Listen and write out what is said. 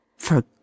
For